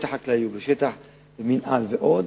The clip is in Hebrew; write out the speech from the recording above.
בשטח חקלאי או בשטח המינהל, ועוד,